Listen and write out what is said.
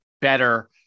better